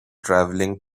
traveling